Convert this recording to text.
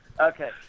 Okay